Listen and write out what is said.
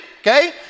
okay